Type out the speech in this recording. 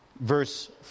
Verse